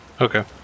Okay